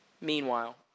meanwhile